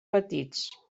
petits